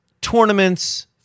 tournaments